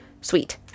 sweet